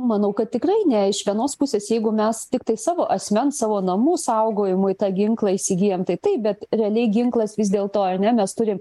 manau kad tikrai ne iš vienos pusės jeigu mes tiktai savo asmens savo namų saugojimui tą ginklą įsigyjam tai taip bet realiai ginklas vis dėlto ar ne mes turim